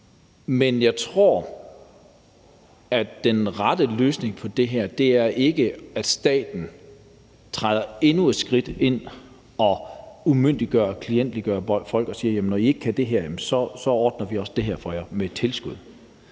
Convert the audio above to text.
Men jeg tror ikke, den rette løsning på det her er, at staten træder endnu et skridt ind og umyndiggør og klientgør folk og siger: Når I ikke kan det her, ordner vi også det her for jer med et tilskud.